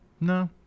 No